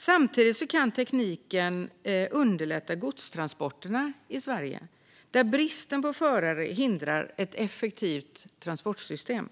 Samtidigt skulle tekniken underlätta godstransporterna i Sverige, där bristen på förare hindrar ett effektivt transportsystem.